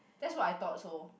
that's what I thought so